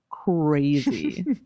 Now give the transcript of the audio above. crazy